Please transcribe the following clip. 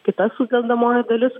kita sudedamoji dalis